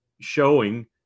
showing